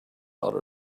other